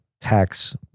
tax